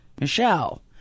Michelle